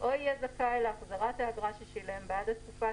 או יהיה זכאי להחזרת האגרה ששילם בעד התקופה